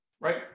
Right